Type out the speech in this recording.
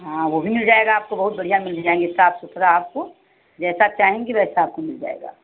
हाँ वह भी मिल जाएगा आपको बहुत बढ़िया मिल जाएंगे साफ सुथरा आपको जैसा चाहेंगी वैसा आपको मिल जाएगा